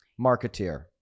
marketeer